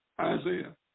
Isaiah